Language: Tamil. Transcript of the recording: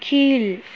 கீழ்